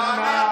הלו.